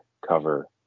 cover